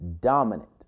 dominant